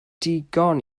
digon